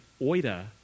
Oida